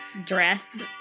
dress